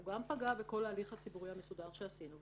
הוא פגע בכל ההליך הציבורי המסודר שעשינו,